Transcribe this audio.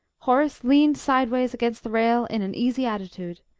horace leaned sideways against the rail in an easy attitude,